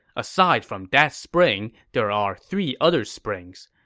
aside from that spring, there are three other springs.